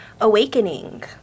awakening